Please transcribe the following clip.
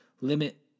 Limit